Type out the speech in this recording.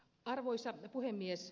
arvoisa puhemies